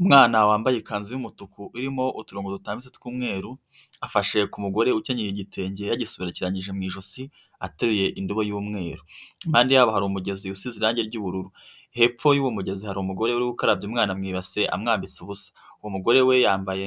Umwana wambaye ikanzu y'umutuku irimo uturongo dutambitse tw'umweru, afashe ku mugore ukenyeye igitenge yagisobekeranyije mu ijosi, ateruye indobo y'umweru. Impande yabo hari umugezi usize irangi ry'ubururu. Hepfo y'uwo mugezi hari umugore uri gukarabya umwana mu ibase amwambitse ubusa. Umugore we yambaye